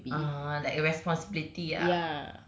ah like a responsibility ah